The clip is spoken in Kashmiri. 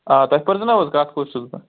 آ تُہۍ پرٛزٕنوہوس کَتھ کُس چھُ بہٕ